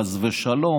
חס ושלום,